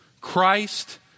Christ